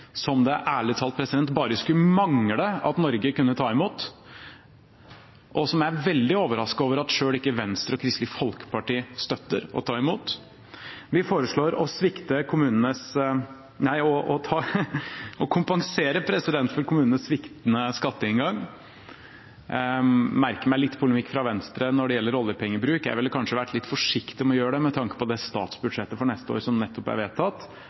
som det ærlig talt bare skulle mangle at Norge ikke kan ta imot, og som jeg er veldig overrasket over at selv ikke Venstre og Kristelig Folkeparti støtter å ta imot. Vi foreslår å kompensere for kommunenes sviktende skatteinngang. Jeg merker meg polemikken fra Venstre når det gjelder oljepengebruk. Jeg ville kanskje vært litt forsiktig med å gjøre det med tanke på det statsbudsjettet for neste år som nettopp er vedtatt,